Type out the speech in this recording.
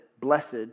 blessed